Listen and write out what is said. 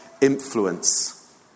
influence